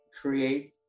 create